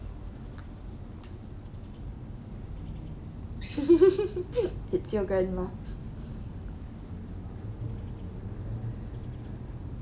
did your grandma